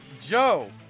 Joe